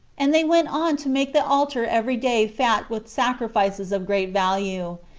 and they went on to make the altar every day fat with sacrifices of great value.